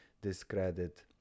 discredit